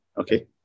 okay